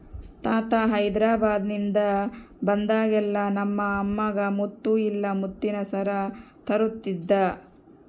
ತಾತ ಹೈದೆರಾಬಾದ್ನಿಂದ ಬಂದಾಗೆಲ್ಲ ನಮ್ಮ ಅಮ್ಮಗ ಮುತ್ತು ಇಲ್ಲ ಮುತ್ತಿನ ಸರ ತರುತ್ತಿದ್ದ